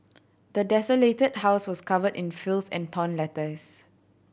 the desolated house was covered in filth and torn letters